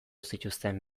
zituzten